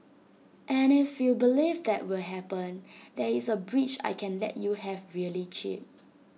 and if you believe that will happen there is A bridge I can let you have really cheap